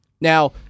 now